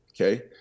Okay